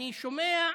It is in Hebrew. אני שומע,